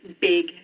big